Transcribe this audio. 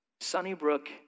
Sunnybrook